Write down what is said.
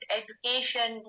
education